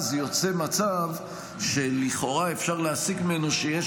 אז יוצא מצב שלכאורה אפשר להסיק ממנו שיש